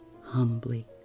humbly